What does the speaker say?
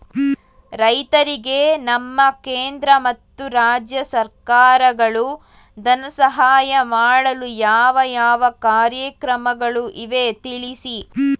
ರೈತರಿಗೆ ನಮ್ಮ ಕೇಂದ್ರ ಮತ್ತು ರಾಜ್ಯ ಸರ್ಕಾರಗಳು ಧನ ಸಹಾಯ ಮಾಡಲು ಯಾವ ಯಾವ ಕಾರ್ಯಕ್ರಮಗಳು ಇವೆ ತಿಳಿಸಿ?